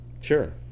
Sure